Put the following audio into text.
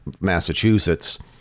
Massachusetts